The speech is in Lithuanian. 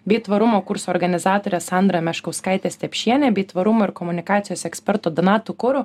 bei tvarumo kursų organizatore sandra meškauskaite stepšiene bei tvarumo ir komunikacijos ekspertu donatu kuru